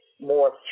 more